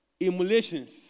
emulations